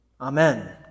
Amen